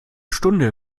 stunde